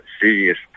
serious